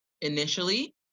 initially